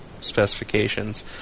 specifications